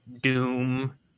Doom